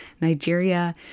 Nigeria